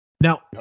Now